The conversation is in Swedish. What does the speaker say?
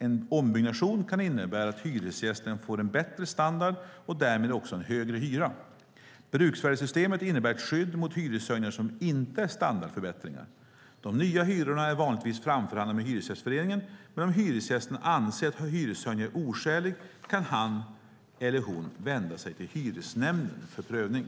En ombyggnation kan innebära att hyresgästen får en bättre standard och därmed också en högre hyra. Bruksvärdessystemet innebär ett skydd mot hyreshöjningar som inte är standardförbättringar. De nya hyrorna är vanligtvis framförhandlade med Hyresgästföreningen, men om hyresgästen anser att hyreshöjningen är oskälig kan han eller hon vända sig till hyresnämnden för prövning.